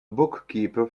bookkeeper